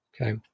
Okay